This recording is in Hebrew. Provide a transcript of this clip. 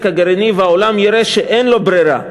הגרעיני והעולם יראה שאין לו ברירה,